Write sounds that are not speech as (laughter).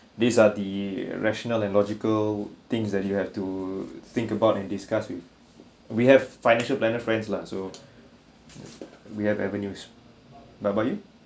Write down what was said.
(breath) these are the rational and logical things that you have to think about and discuss with we have financial planner friends lah so we have avenues but about you